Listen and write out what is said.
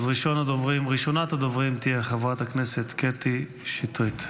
אז ראשונת הדוברים תהיה חברת הכנסת קטי שטרית.